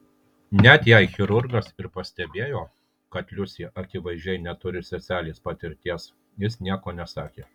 net jei chirurgas ir pastebėjo kad liusė akivaizdžiai neturi seselės patirties jis nieko nesakė